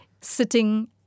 sitting